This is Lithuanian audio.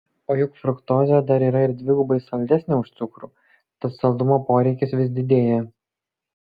o juk fruktozė dar yra ir dvigubai saldesnė už cukrų tad saldumo poreikis vis didėja